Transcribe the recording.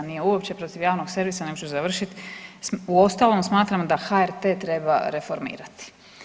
Nije uopće protiv javnog servisa nego ću završiti uostalom smatram da HRT treba reformirati.